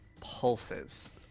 pulses